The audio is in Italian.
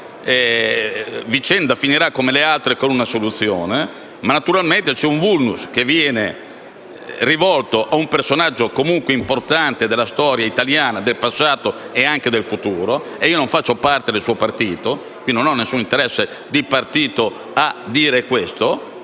vicenda finirà come le altre, con un'assoluzione. Naturalmente, però, c'è un*vulnus* che viene rivolto a un personaggio comunque importante della storia italiana, del passato e anche del futuro (e io non faccio parte del suo partito, quindi non ho alcun interesse di partito a dire questo):